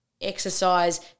exercise